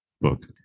book